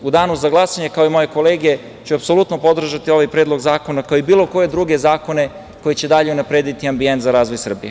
U danu za glasanje, kao i moje kolege, ću apsolutno podržati ovaj predlog zakona, kao i bilo koje druge zakone koji će dalje unaprediti ambijent za razvoj Srbije.